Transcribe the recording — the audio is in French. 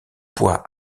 poids